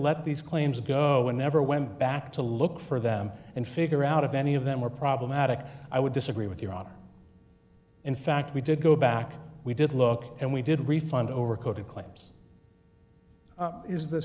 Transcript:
let these claims go and never went back to look for them and figure out if any of them were problematic i would disagree with your honor in fact we did go back we did look and we did refund overcoat it claims is the